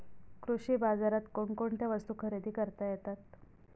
कृषी बाजारात कोणकोणत्या वस्तू खरेदी करता येतात